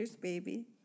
baby